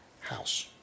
house